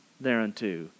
thereunto